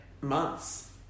months